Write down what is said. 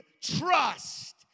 trust